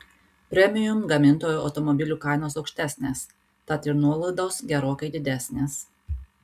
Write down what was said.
premium gamintojų automobilių kainos aukštesnės tad ir nuolaidos gerokai didesnės